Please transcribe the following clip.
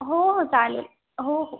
हो हो चालेल हो हो